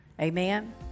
Amen